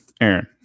Aaron